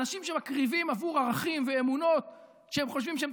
אנשים שמקריבים עבור ערכים ואמונות שהם חושבים שהם